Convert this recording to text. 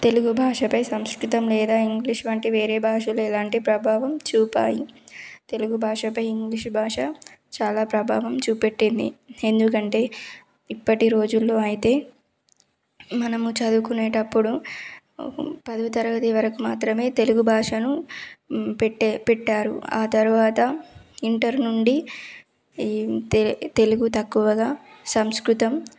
తెలుగు భాషపై సంస్కృతం లేదా ఇంగ్లీష్ వంటి వేరే భాషలు ఎలాంటి ప్రభావం చూపినాయి తెలుగు భాషపై ఇంగ్లీష్ భాష చాలా ప్రభావం చూపెట్టింది ఎందుకంటే ఇప్పటి రోజులలో అయితే మనము చదువుకునేటప్పుడు పదో తరగతి వరకు మాత్రమే తెలుగు భాషను పెట్టె పెట్టారు ఆ తర్వాత ఇంటర్ నుండి తె తెలుగు తక్కువగా సంస్కృతం